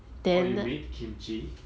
oh you made kimchi